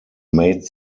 made